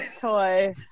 toy